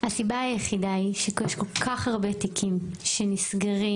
הסיבה היחידה שיש כל כך הרבה תיקים שנסגרים,